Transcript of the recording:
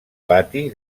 pati